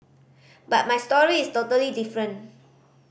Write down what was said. but my story is totally different